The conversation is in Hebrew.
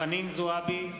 חנין זועבי,